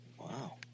Wow